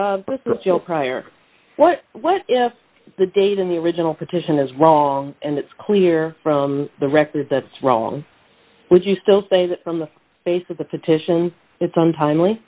prior what was the date in the original petition is wrong and it's clear from the record that's wrong would you still say that from the base of the petition it's on timely